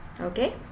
Okay